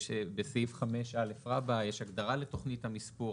בסעיף 5א רבא יש הגדרה לתוכנית המספור,